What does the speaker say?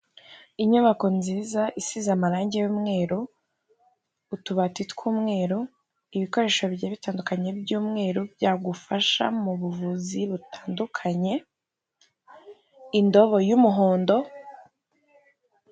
Inyubako nziza isize amarangi y'umweru, utubati tw'umweru, ibikoresho bigiye bitandukanye by'umweru byagufasha mu buvuzi butandukanye. indobo y'umuhondo.